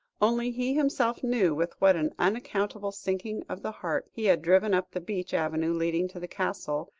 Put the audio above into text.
only he himself knew with what an unaccountable sinking of the heart he had driven up the beech avenue leading to the castle,